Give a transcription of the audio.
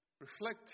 Reflect